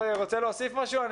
אני